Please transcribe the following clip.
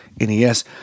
NES